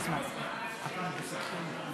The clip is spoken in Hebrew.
שוכרן, אחמד, מה